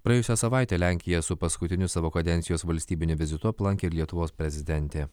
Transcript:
praėjusią savaitę lenkija su paskutiniu savo kadencijos valstybiniu vizitu aplankė lietuvos prezidentė